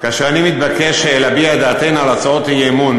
כאשר אני מתבקש להביע את דעתנו על הצעות אי-אמון,